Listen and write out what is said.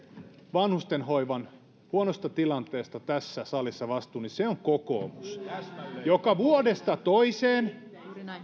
vanhustenhoivan huonosta tilanteesta tässä salissa vastuun niin se on kokoomus joka vuodesta toiseen